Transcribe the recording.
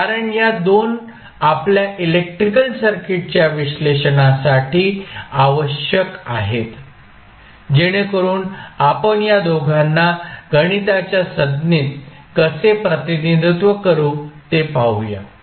कारण या दोन आपल्या इलेक्ट्रिकल सर्किटच्या विश्लेषणासाठी आवश्यक आहेत जेणेकरुन आपण या दोघांना गणिताच्या संज्ञेत कसे प्रतिनिधित्व करू ते पाहूया